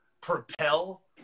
propel